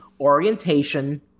orientation